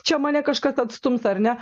čia mane kažkas atstums ar ne